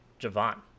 Javon